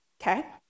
okay